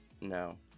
no